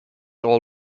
all